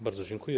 Bardzo dziękuję.